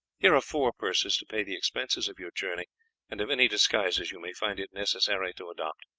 here are four purses to pay the expenses of your journey and of any disguises you may find it necessary to adopt.